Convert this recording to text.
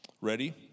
Ready